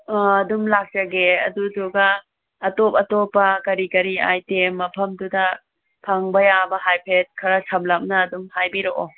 ꯑꯗꯨꯝ ꯂꯥꯛꯆꯒꯦ ꯑꯗꯨꯗꯨꯒ ꯑꯇꯣꯞ ꯑꯇꯣꯞꯄ ꯀꯔꯤ ꯀꯔꯤ ꯑꯥꯏꯇꯦꯝ ꯃꯐꯝꯗꯨꯗ ꯐꯪꯕ ꯌꯥꯕ ꯍꯥꯏꯐꯦꯠ ꯈꯔ ꯁꯝꯂꯞꯅ ꯍꯥꯏꯕꯤꯔꯛꯑꯣ